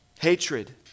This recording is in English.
Hatred